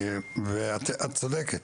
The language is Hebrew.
את צודקת